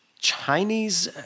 Chinese